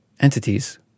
entities